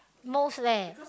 most leh